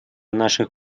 наших